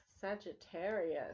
Sagittarius